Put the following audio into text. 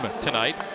tonight